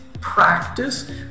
practice